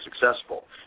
successful